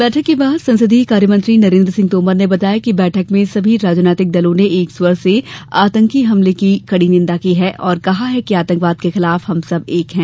बैठक के बाद संसदीय कार्यमंत्री नरेन्द्र सिंह तोमर ने बताया कि बैठक में सभी राजनीतिक दलों ने एक स्वर से आतंकी हमले की निंदा की है और कहा कि आतंकवाद के खिलाफ हम सब एक हैं